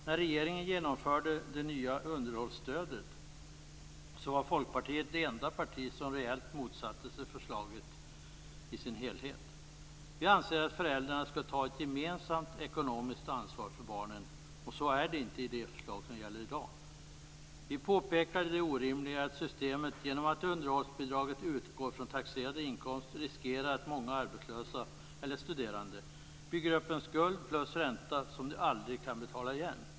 När regeringen genomförde det nya underhållsstödet var Folkpartiet det enda parti som reellt motsatte sig förslaget i dess helhet. Vi anser att föräldrarna skall ta ett gemensamt ekonomiskt ansvar för barnen. Så är det inte i det system som gäller i dag. Vi påpekade det orimliga i att systemet, genom underhållsbidraget utgår från taxerad inkomst, gör att många arbetslösa eller studerande riskerar att bygga upp en skuld plus ränta som de aldrig kan betala igen.